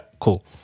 cool